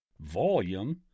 volume